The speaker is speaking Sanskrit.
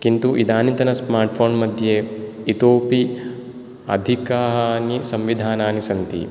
किन्तु इदानीतन स्मार्ट्फोन मध्ये इतोऽपि अधिकानि संविधानानि सन्ति